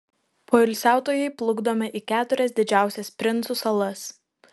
poilsiautojai plukdomi į keturias didžiausias princų salas